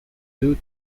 due